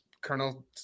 colonel